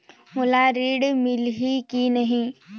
मोला ऋण मिलही की नहीं?